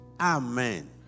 Amen